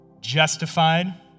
justified